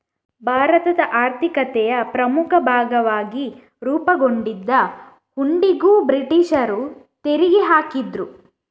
ಭಾರತದ ಆರ್ಥಿಕತೆಯ ಪ್ರಮುಖ ಭಾಗವಾಗಿ ರೂಪುಗೊಂಡಿದ್ದ ಹುಂಡಿಗೂ ಬ್ರಿಟೀಷರು ತೆರಿಗೆ ಹಾಕಿದ್ರು